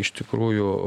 iš tikrųjų